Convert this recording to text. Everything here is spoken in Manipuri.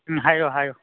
ꯎꯝ ꯍꯥꯏꯌꯨ ꯍꯥꯏꯌꯨ